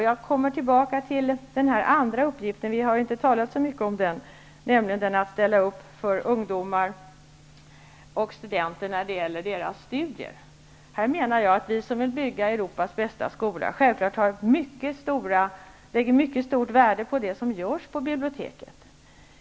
Jag kommer tillbaka till den andra uppgiften, vilken vi inte har talat särskilt mycket om och som handlar om att ställa upp för ungdomar och studenter när det gäller deras studier. Vi som vill bygga Europas bästa skola sätter självklart mycket stort värde på det som görs på biblioteken.